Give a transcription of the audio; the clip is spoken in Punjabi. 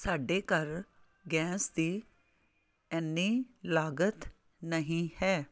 ਸਾਡੇ ਘਰ ਗੈਸ ਦੀ ਇੰਨੀ ਲਾਗਤ ਨਹੀਂ ਹੈ